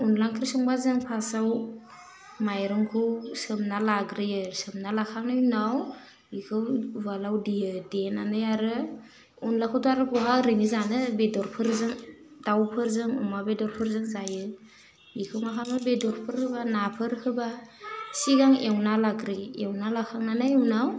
अनला ओंख्रि संबा जों फार्स्टआव माइरंखौ सोमना लाग्रोयो सोमना लाखांनायनि उनाव बेखौ उवालाव देयो देनानै आरो अनलाखौथ' आरो बरा ओरैनो जानो बेदरफोरजों दाउफोरजों अमा बेदरफोरजों जायो बेखौ मा खालामो बेदरफोर होबा नाफोर होबा सिगां एवना लाग्रोयो एवना लाखांनानै उनाव